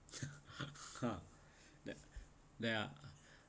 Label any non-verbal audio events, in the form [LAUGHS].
[LAUGHS] !huh! that there are